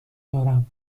دارم